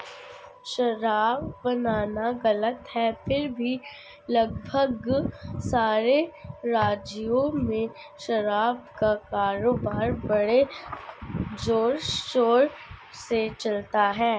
शराब बनाना गलत है फिर भी लगभग सारे राज्यों में शराब का कारोबार बड़े जोरशोर से चलता है